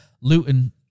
Luton